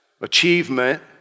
achievement